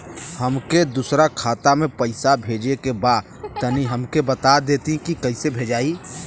हमके दूसरा खाता में पैसा भेजे के बा तनि हमके बता देती की कइसे भेजाई?